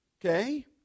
okay